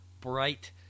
bright